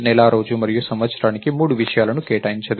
నెల రోజు మరియు సంవత్సరానికి మూడు విషయాలను కేటాయించదు